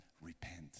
repent